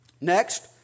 Next